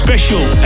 Special